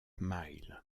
mile